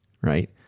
right